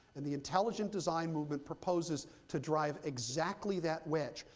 and the intelligent design movement proposes to drive exactly that wedge,